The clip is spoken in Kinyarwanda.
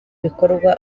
bikorwa